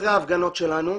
אחרי ההפגנות שלנו,